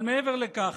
אבל מעבר לכך,